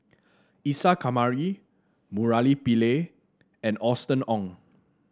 Isa Kamari Murali Pillai and Austen Ong